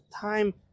time